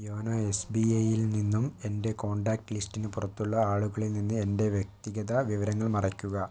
YONO S B ഐയിൽ നിന്നും എൻ്റെ കോൺടാക്റ്റ് ലിസ്റ്റിന് പുറത്തുള്ള ആളുകളിൽ നിന്ന് എൻ്റെ വ്യക്തിഗത വിവരങ്ങൾ മറയ്ക്കുക